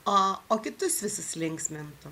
o o kitus visus linksmintų